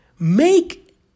Make